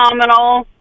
phenomenal